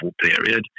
period